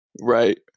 Right